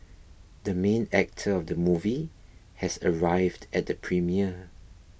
the main actor of the movie has arrived at the premiere